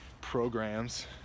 programs